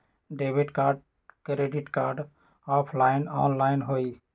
Debit card credit card offline online होई?